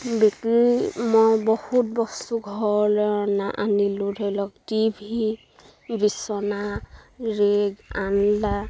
বিক্ৰী মই বহুত বস্তু ঘৰৰ না আনিলোঁ ধৰি লওক টিভি বিছনা ৰেক আনলা